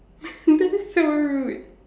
that is so rude